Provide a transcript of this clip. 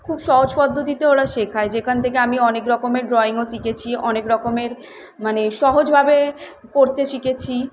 খুব সহজ পদ্ধতিতে ওরা শেখায় যেখান থেকে আমি অনেক রকমের ড্রয়িংও শিখেছি অনেক রকমের মানে সহজভাবে করতে শিখেছি